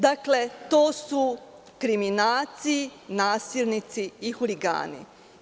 Dakle, to su kriminalci, nasilnici i huligani.